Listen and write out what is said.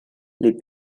les